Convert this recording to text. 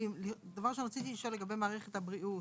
לשאול לגבי מערכת הבריאות.